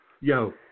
Yo